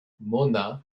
mona